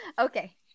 okay